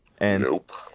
Nope